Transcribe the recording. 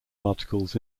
articles